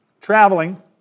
traveling